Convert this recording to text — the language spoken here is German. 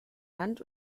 land